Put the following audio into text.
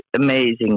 amazing